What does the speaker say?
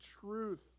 truth